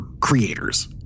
creators